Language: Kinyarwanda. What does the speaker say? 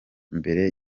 mbere